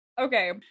okay